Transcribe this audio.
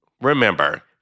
remember